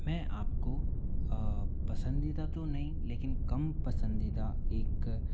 मैं आपको पसंदीदा तो नई लेकिन कम पसंदीदा एक